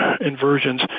inversions